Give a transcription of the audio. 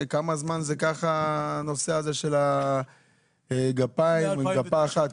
כמה זמן זה ככה הנושא של הגפה האחת?